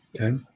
okay